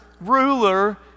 ruler